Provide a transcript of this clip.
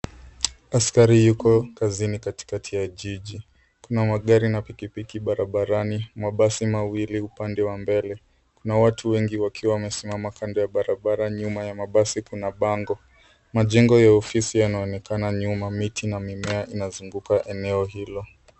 Askari yuko kazini katikati ya jiji. Kuna magari na pikipiki barabarani. Mabasi mawili upande wa mbele. Kuna watu wengi wakiwa wamesimama kando ya barabara. Nyuma ya mabasi kuna bango. Majengo ya ofisi yanaonekana nyuma. Miti na mimea inazunguka eneo hilo.